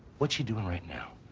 what's she doing right now?